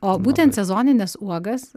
o būtent sezonines uogas